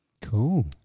Cool